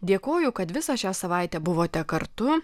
dėkoju kad visą šią savaitę buvote kartu